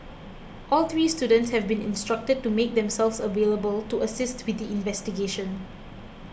all three students have been instructed to make themselves available to assist with investigation